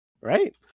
Right